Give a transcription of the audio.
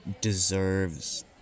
deserves